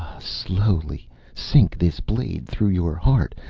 slowly sink this blade through your heart,